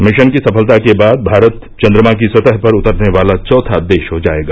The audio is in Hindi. मिशन की सफलता के बाद भारत चन्द्रमा की सतह पर उतरने वाला चौथा देश हो जाएगा